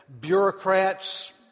bureaucrats